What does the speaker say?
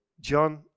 John